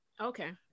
okay